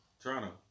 Toronto